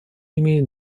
имеет